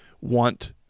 want